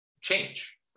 change